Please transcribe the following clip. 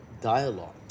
dialogue